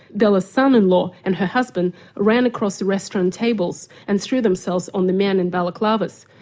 bella's son-in-law and her husband ran across the restaurant tables and threw themselves on the men in balaclavas.